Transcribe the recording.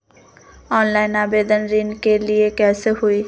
Online आवेदन ऋन के लिए कैसे हुई?